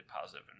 positive